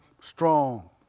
strong